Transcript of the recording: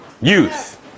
youth